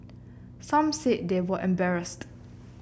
some said they were embarrassed